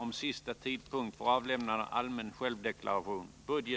Om sista tidpunkt för avlämnande